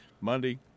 Monday